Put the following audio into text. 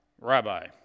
Rabbi